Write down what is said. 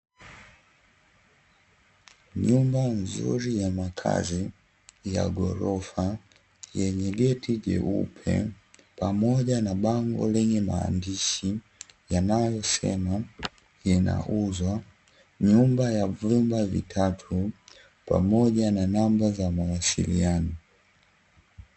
Nyumba nzuri ya makazi ya ghorofa yenye geti jeupe pamoja na bango lenye maandishi yanayosema, “ Inauzwa nyumba ya vyumba vitatu, pamoja na namba ya mawasiliano”.